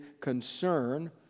concern